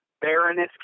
Baroness